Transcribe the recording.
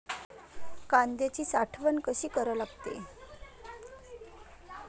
कांद्याची साठवन कसी करा लागते?